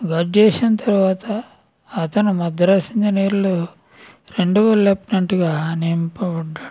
work చేసిన తర్వాత అతను మద్రాస్ ఇంజనీర్లో రెండవ లెఫ్టినెంట్గా నియమింపబడ్డాడు